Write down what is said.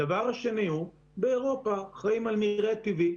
הדבר השני הוא שבאירופה חיים על מרעה טבעי,